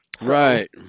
right